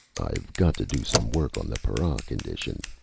i've got to do some work on the para condition,